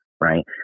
Right